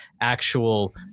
actual